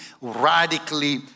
radically